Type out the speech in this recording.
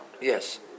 Yes